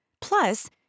Plus